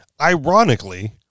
Ironically